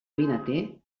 vinater